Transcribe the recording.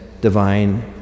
Divine